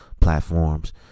platforms